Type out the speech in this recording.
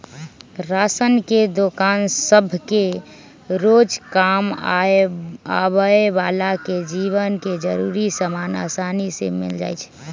ration के दोकान सभसे रोजकाम आबय बला के जीवन के जरूरी समान असानी से मिल जाइ छइ